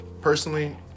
personally